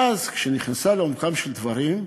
ואז, כשהיא נכנסה לעומקם של דברים,